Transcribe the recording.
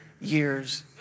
years